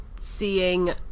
seeing